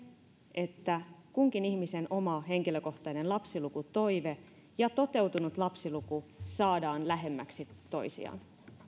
että kunkin ihmisen oma henkilökohtainen lapsilukutoive ja toteutunut lapsiluku saadaan lähemmäksi toisiaan